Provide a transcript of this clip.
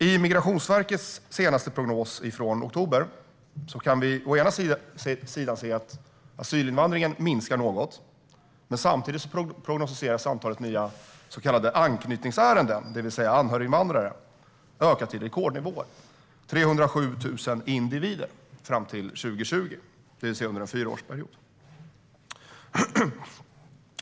I Migrationsverkets senaste prognos från oktober kan vi å ena sidan se att asylinvandringen minskar något. Samtidigt prognostiseras dock att antalet nya så kallade anknytningsärenden, det vill säga anhöriginvandrare, kommer att öka till rekordnivå - 307 000 individer fram till år 2020, det vill säga under en fyraårsperiod.